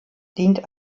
dient